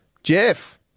Jeff